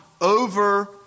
over